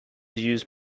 used